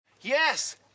Yes